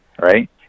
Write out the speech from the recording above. Right